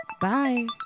Bye